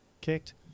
kicked